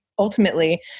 Ultimately